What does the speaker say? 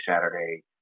Saturday